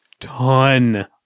ton